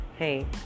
hey